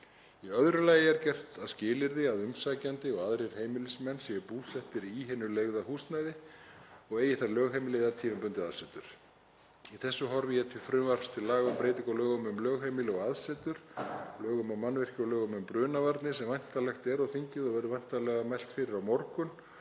Í öðru lagi er gert að skilyrði að umsækjandi og aðrir heimilismenn séu búsettir í hinu leigða húsnæði og eigi þar lögheimili eða tímabundið aðsetur. Í þessu horfi ég til frumvarps til laga um breytingu á lögum um lögheimili og aðsetur, lögum um mannvirki og lögum um brunavarnir, sem væntanlegt er á þingið og mun veita Grindvíkingum